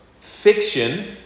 fiction